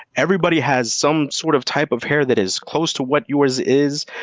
everybody has some sort of type of hair that is close to what yours is.